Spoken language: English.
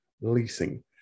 leasing